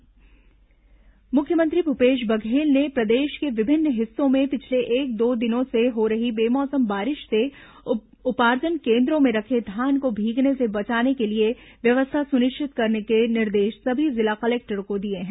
मुख्यमंत्री निर्देश मुख्यमंत्री भूपेश बघेल ने प्रदेश के विभिन्न हिस्सों में पिछले एक दो दिनों से हो रही बेमौसम बारिश से उपार्जन केन्द्रों में रखे धान को भीगने से बचाने के लिए व्यवस्था सुनिश्चित करने के निर्देश सभी जिला कलेक्टरों को दिए हैं